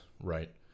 right